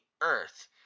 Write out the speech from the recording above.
earth